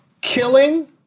Killing